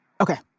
Okay